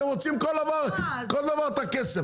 לכל דבר אתם רוצים את הכסף,